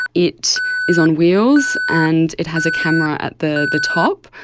it is on wheels, and it has a camera at the the top.